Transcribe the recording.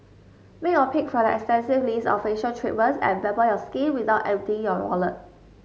make your pick from their extensive list of facial treatments and pamper your skin without emptying your wallet